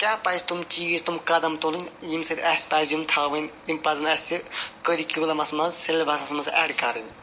کیٛاہ پَزِ تِم چیٖز تِم قَدَم تُلٕنۍ ییٚمہِ سۭتۍ اَسہِ پَزٕ یِم تھاوٕنۍ یِم پَزَن اَسہِ کٔرِکیوٗلَمَس مَنٛز سیٚلبَسَس مَنٛز ایٚڈ کَرٕنۍ